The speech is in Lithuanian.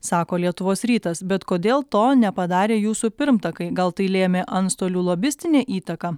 sako lietuvos rytas bet kodėl to nepadarė jūsų pirmtakai gal tai lėmė antstolių lobistinė įtaka